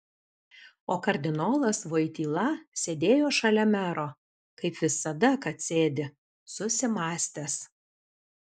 o kardinolas voityla sėdėjo šalia mero kaip visada kad sėdi susimąstęs